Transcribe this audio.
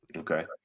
Okay